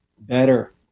better